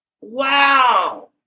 wow